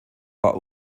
war